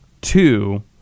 two